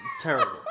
Terrible